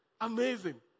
Amazing